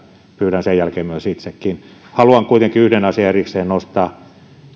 pyydän sen jälkeen myös itsekin haluan kuitenkin yhden asian erikseen nostaa